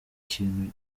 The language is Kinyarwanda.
kintu